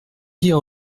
soupir